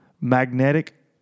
Magnetic